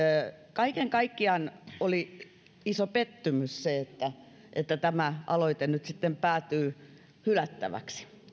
kaiken kaikkiaan oli iso pettymys se että että tämä aloite nyt sitten päätyy hylättäväksi